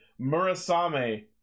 Murasame